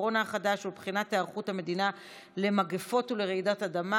הקורונה החדש ובחינת היערכות המדינה למגפות ולרעידות אדמה,